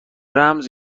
رمز